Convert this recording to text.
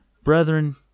Brethren